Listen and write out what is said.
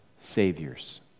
saviors